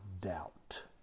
doubt